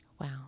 Wow